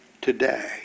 today